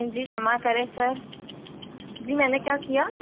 जी क्षमा करें सर जी मैंने क्या किया